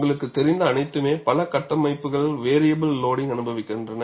உங்களுக்குத் தெரிந்த அனைத்துமே பல கட்டமைப்புகள் வேரியபல் லோடிங்க் அனுபவிக்கின்றன